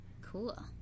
Cool